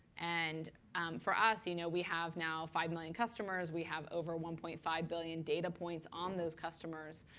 and for us, you know we have now five million customers. we have over one point five billion data points on those customers.